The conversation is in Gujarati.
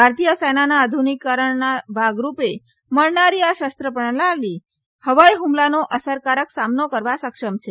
ભારતીય સેનાના આધુનિકીકરણના ભાગરૂપે મળનારી આ શસ્ત્ર પ્રણાલી હવાઇ હુમલાનો અસરકારક સામનો કરવા સક્ષમ છે